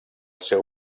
seu